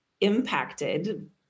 impacted